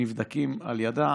ונבדקים על ידה.